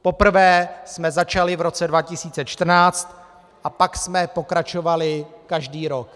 Poprvé jsme začali v roce 2014 a pak jsme pokračovali každý rok.